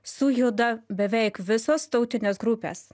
sujuda beveik visos tautinės grupės